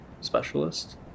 specialist